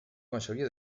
mayoría